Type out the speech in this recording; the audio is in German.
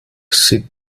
sie